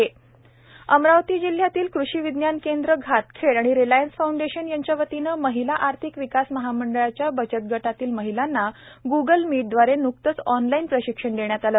महिला आर्थिक विकास अमरावती जिल्ह्यातील कृषि विज्ञान केंद्र घातखेड आणि रिलायंस फाऊंडेशन यांच्या वतीने महिला आर्थिक विकास महामंडळाच्या बचतगटातील महिलांना ग्गल मीट द्वारे न्कतेच ऑनलाइन प्रशिक्षण देण्यात आले